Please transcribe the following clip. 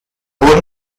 war